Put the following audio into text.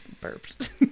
burped